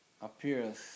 appears